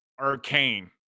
arcane